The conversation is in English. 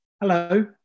Hello